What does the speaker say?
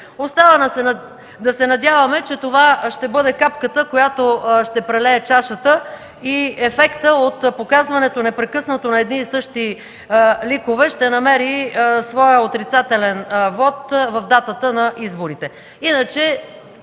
Остава да се надяваме, че това ще бъде капката, която ще прелее чашата и ефектът от показването непрекъснато на едни и същи ликове ще намери своя отрицателен вот в датата на изборите.